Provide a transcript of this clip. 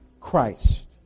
Christ